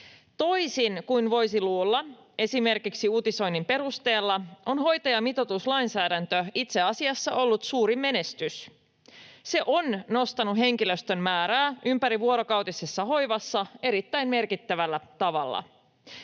Toisin kuin voisi luulla esimerkiksi uutisoinnin perusteella, on hoitajamitoituslainsäädäntö itse asiassa ollut suuri menestys. Se on nostanut henkilöstön määrää ympärivuorokautisessa hoivassa erittäin merkittävällä tavalla.